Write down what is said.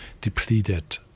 depleted